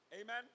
Amen